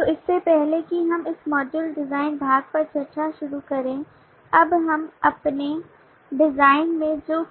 तो इससे पहले कि हम इस मॉड्यूल डिजाइन भाग पर चर्चा शुरू करें अब हम अपने डिजाइन में जो